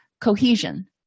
cohesion